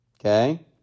Okay